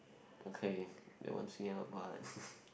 okay they won't fail but